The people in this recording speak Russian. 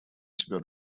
себя